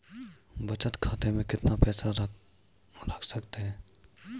बचत खाते में कितना पैसा रख सकते हैं?